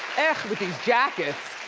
with these jackets.